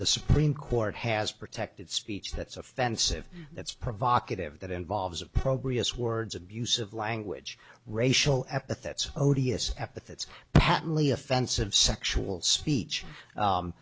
the supreme court has protected speech that's offensive that's provocative that involves opprobrious words abusive language racial epithets odious epithets patently offensive sexual speech